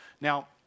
Now